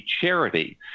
charity